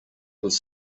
was